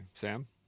sam